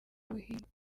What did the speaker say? buhinde